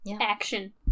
action